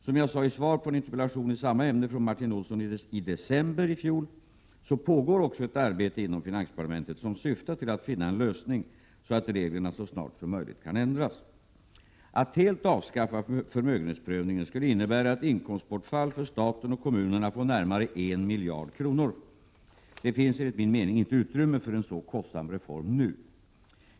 Som jag sade i svar på en interpellation i samma ämne från Martin Olsson i december i fjol pågår också ett arbete inom finansdepartementet som syftar till att finna en lösning så att reglerna så snart som möjligt kan ändras. Att helt avskaffa förmögenhetsprövningen skulle innebära ett inkomstbortfall för staten och kommunerna på närmare 1 miljard kronor. Det finns enligt min mening inte utrymme för en så kostsam reform nu.